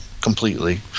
completely